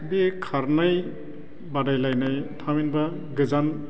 बे खारनाय बादायलायनाय थामहिनबा गोजान